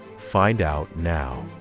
find out now.